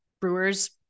brewers